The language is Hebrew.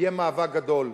יהיה מאבק גדול.